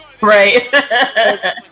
right